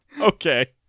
Okay